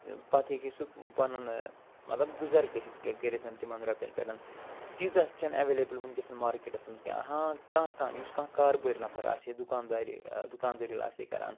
پتہٕ ہیٚکہِ ہے سُہ پنُن مطلب گُزر گٔس کٔرِتھ تِمن رۄپین پٮ۪ٹھ تیٖژاہ چھَنہٕ ایولیبل وٕنۍکٮ۪س مارکٮ۪ٹس منٛز کیٚنٛہہ ہاں کانٛہہ کانٛہہ یُس کانٛہہ کار بٲرۍ نفر آسہِ ہے دُکاندارِ دُکاندٲرِل آسہِ ہے کَران